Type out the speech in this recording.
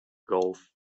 golf